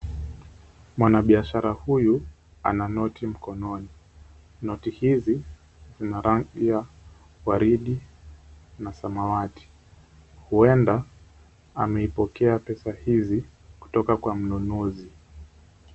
Mwanabiashara huyu ana noti mkononi. Noti hizi zina rangi ya waridi na samawati. Huenda amepokea pesa hizi kutoka kwa mnunuzi.